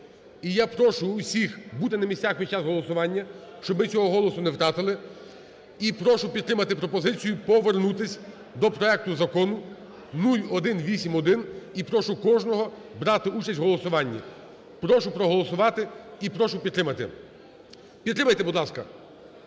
і я прошу усіх бути на місцях під час голосування, щоб ми цього голосу не втратили, і прошу підтримати пропозицію повернутися до проекту Закону, 0181 і прошу кожного брати участь в голосуванні. Прошу проголосувати і прошу підтримати. Підтримайте, будь ласка.